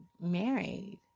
married